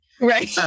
right